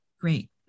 Great